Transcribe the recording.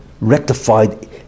rectified